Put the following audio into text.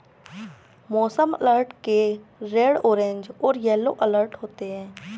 मौसम अलर्ट के red orange और येलो अलर्ट होते हैं